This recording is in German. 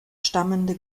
stammende